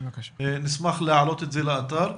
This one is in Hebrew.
נשמח להעלות את זה לאתר.